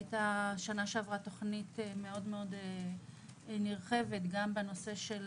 שנה שעברה היתה תכנית נרחבת מאוד גם בנושא של